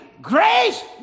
grace